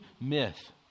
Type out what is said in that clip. myth